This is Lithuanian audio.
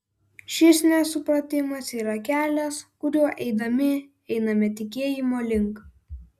šis nesupratimas yra kelias kuriuo eidami einame tikėjimo link